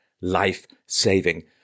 life-saving